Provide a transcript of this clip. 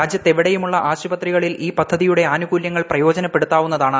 രാജ്യത്തെവിടെയുമുള്ള ആശുപത്രികളിൽ ഈ പദ്ധതിയുടെ ആനുകൂല്യങ്ങൾ പ്രയോജനപ്പെടുത്താവുന്നതാണ്